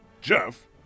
Jeff